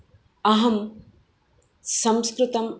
अहं संस्कृतम्